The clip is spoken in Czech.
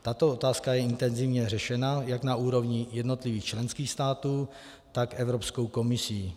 Tato otázka je intenzivně řešena jak na úrovni jednotlivých členských států, tak Evropskou komisí.